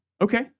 Okay